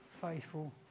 faithful